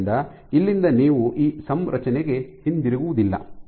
ಆದ್ದರಿಂದ ಇಲ್ಲಿಂದ ನೀವು ಈ ಸಂರಚನೆಗೆ ಹಿಂತಿರುಗುವುದಿಲ್ಲ